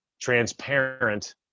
transparent